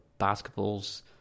basketballs